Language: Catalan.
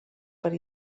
per